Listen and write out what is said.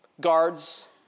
Guards